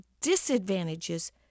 disadvantages